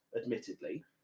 admittedly